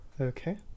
Okay